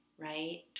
right